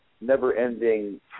never-ending